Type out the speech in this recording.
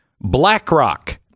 BlackRock